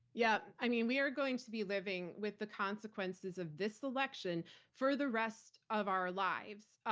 yeah. i mean, we are going to be living with the consequences of this election for the rest of our lives,